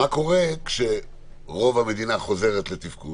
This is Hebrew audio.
מה קורה כשרוב המדינה חוזרת לתפקוד